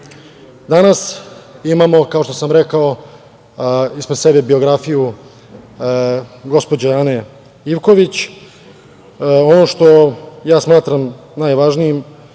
imamo, kao što sam rekao, ispred sebe biografiju gospođe Ane Ivković. Ono što smatram najvažnijim